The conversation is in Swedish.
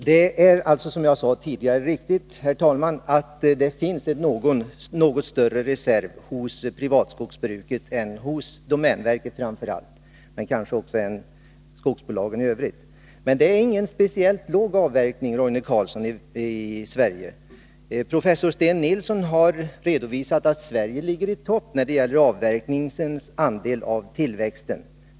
Herr talman! Det är, som jag sade tidigare, riktigt att det finns en något större reserv hos privatskogsbruket än hos framför allt domänverket men kanske även hos skogsbolagen i övrigt. Men det är ingen speciellt låg avverkning i Sverige, Roine Carlsson. Professor Sten Nilsson har redovisat att Sverige ligger i topp när det gäller avverkningsandel av tillväxten.